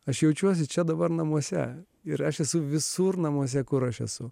aš jaučiuosi čia dabar namuose ir aš esu visur namuose kur aš esu